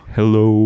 Hello